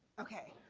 okay,